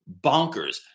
bonkers